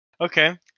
Okay